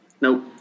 Nope